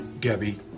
Gabby